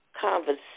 conversation